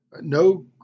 no